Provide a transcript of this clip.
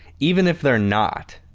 even if they are not,